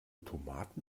tomaten